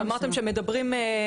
שאמרתם שמדברים.